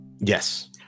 Yes